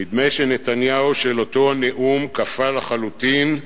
נדמה שנתניהו של אותו הנאום קפא לחלוטין,